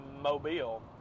Mobile